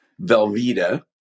Velveeta